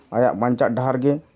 ᱟᱭᱟᱜ ᱵᱟᱧᱪᱟᱜ ᱰᱟᱦᱟᱨ ᱜᱮ